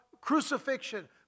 crucifixion